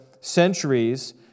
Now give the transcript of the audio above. centuries